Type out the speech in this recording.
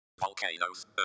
Volcanoes